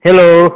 hello